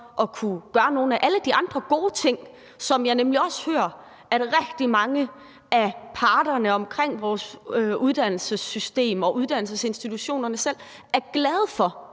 at kunne gøre nogle af alle de andre gode ting, som jeg nemlig også hører rigtig mange af parterne omkring vores uddannelsessystem og uddannelsesinstitutionerne selv er glade for,